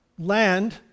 land